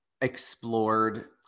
explored